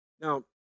Now